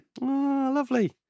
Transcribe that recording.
Lovely